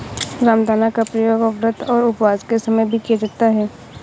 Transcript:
रामदाना का प्रयोग व्रत और उपवास के समय भी किया जाता है